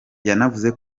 yanavuze